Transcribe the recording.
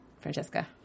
Francesca